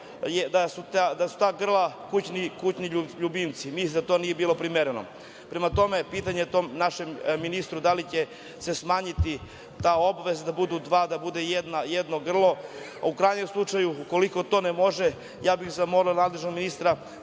da su ta grla kućni ljubimci. To nije bilo primereno. Prema tome, pitanje našem ministru – da li će se smanjiti ta obaveza da budu dva, da bude jedno grlo? U krajnjem slučaju, ukoliko to ne može, ja bih zamolio nadležnog ministra